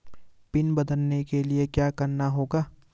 Pin बदलने के लिए क्या करना होगा?